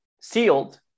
sealed